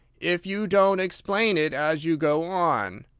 if you don't explain it as you go on?